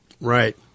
right